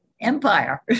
empire